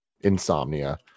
insomnia